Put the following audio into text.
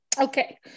okay